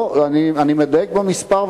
אני מדייק במספר,